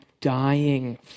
dying